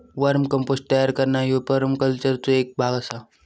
वर्म compost तयार करणा ह्यो परमाकल्चरचो एक भाग आसा